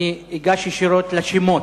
אני אגש ישירות לשמות.